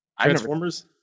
Transformers